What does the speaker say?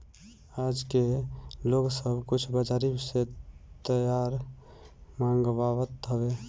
आजके लोग सब कुछ बजारी से तैयार मंगवात हवे